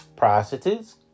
Prostitutes